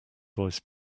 voice